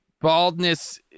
baldness